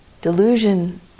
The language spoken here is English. Delusion